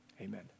Amen